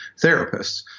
therapists